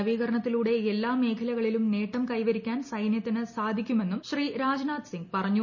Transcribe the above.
നവീകരണത്തിലൂടെ എല്ലാ മേഖലകളിലും നേട്ടം കൈവരിക്കാൻ സൈന്യത്തിന് സാധിക്കുമെന്നും ശ്രീ രാജ്നാഥ് സിങ് പറഞ്ഞു